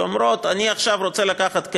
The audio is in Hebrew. ואומרות: אני עכשיו רוצה לקחת כסף,